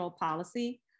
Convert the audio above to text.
policy